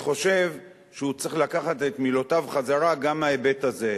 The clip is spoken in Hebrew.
אני חושב שהוא צריך לקחת את מילותיו חזרה גם מההיבט הזה.